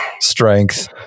strength